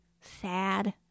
sad